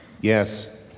Yes